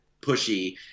pushy